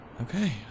Okay